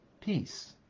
peace